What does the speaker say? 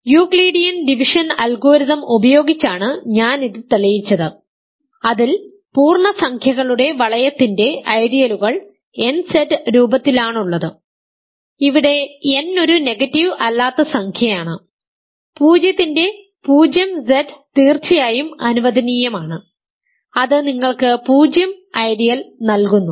അതിനാൽ Euclidean division algorithm ഉപയോഗിച്ചാണ് ഞാൻ ഇത് തെളിയിച്ചത് അതിൽ പൂർണ്ണസംഖ്യകളുടെ വലയത്തിന്റെ ഐഡിയലുകൾ nZ രൂപത്തിലാണുള്ളത് ഇവിടെ n ഒരു നെഗറ്റീവ് അല്ലാത്ത സംഖ്യയാണ് 0 ൻറെ 0Z തീർച്ചയായും അനുവദനീയമാണ് അത് നിങ്ങൾക്ക് 0 ഐഡിയൽ നൽകുന്നു